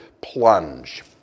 plunge